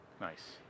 Nice